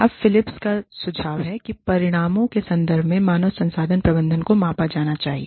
अब फिलिप्स का सुझाव है कि परिणामों के संदर्भ में मानव संसाधन प्रबंधन को मापा जाना चाहिए